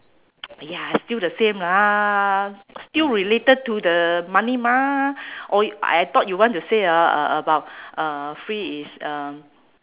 !aiya! still the same lah still related to the money mah or I thought you want to say ah uh about uh free is uh